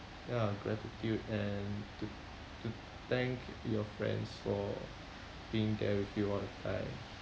ya gratitude and to to thank your friends for being there with you all the time